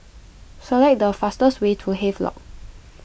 select the fastest way to Havelock